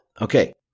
Okay